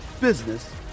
business